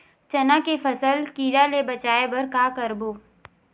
चना के फसल कीरा ले बचाय बर का करबो?